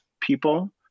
people